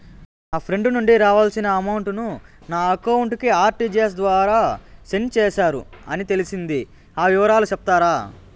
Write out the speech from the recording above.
నా ఫ్రెండ్ నుండి రావాల్సిన అమౌంట్ ను నా అకౌంట్ కు ఆర్టిజియస్ ద్వారా సెండ్ చేశారు అని తెలిసింది, ఆ వివరాలు సెప్తారా?